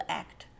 act